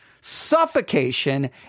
suffocation